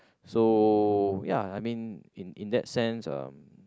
so ya I mean in in that sense uh